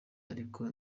ariko